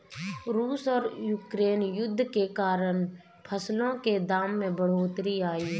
रूस और यूक्रेन युद्ध के कारण फसलों के दाम में बढ़ोतरी आई है